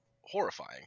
horrifying